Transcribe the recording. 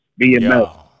BML